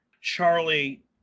Charlie